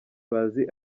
bazi